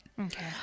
Okay